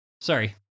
Sorry